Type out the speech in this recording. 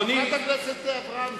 חברת הכנסת אברהם,